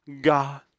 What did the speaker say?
God